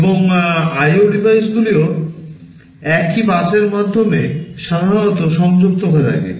এবং IO ডিভাইসগুলিও একই বাসের মাধ্যমে সাধারণত সংযুক্ত থাকে